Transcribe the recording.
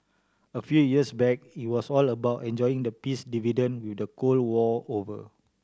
a few years back it was all about enjoying the peace dividend with the Cold War over